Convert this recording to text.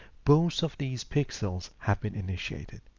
both of these pixels have been initiated.